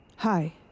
Hi